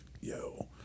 yo